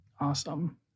Awesome